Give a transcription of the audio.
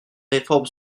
réformes